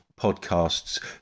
podcasts